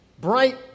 bright